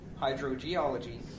hydrogeology